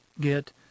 get